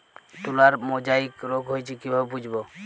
তুলার মোজাইক রোগ হয়েছে কিভাবে বুঝবো?